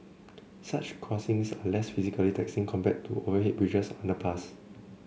such crossings are less physically taxing compared to overhead bridges or underpasses